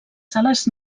sales